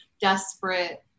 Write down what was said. desperate